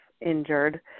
injured